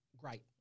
great